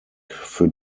für